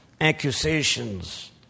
accusations